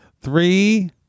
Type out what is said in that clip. Three